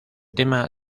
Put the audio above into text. tema